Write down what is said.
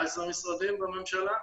לא צריכים 14 משרדים בממשלה,